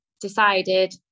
decided